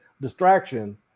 distraction